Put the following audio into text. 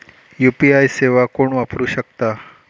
UPI सेवा कोण वापरू शकता?